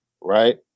right